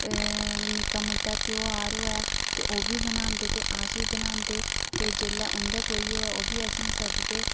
निक्का मुट्टा ध्यार होऐ ते ओह्बी बनांदे ते अस बी बनांदे ते जेल्लै उंदे कोई होऐ ते ओह्बी असेंगी सददे